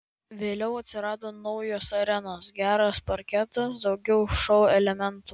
vėliau atsirado naujos arenos geras parketas daugiau šou elementų